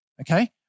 Okay